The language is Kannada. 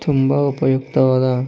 ತುಂಬ ಉಪಯುಕ್ತವಾದ